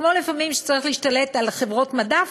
כמו שלפעמים צריך להשתלט על חברות מדף.